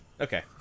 Okay